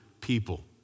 people